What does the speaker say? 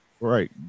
Right